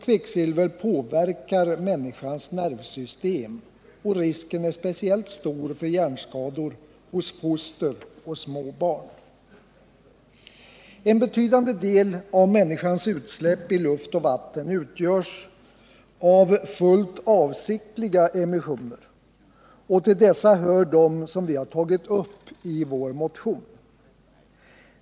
Kvicksilver påverkar människans nervsystem, och riskerna för hjärnskador är speciellt stora hos foster och små barn. En betydande del av människans utsläpp i luft och vatten utgörs av fullt avsiktliga emissioner. Till dessa hör dem som vi tagit upp i vår motion.